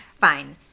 fine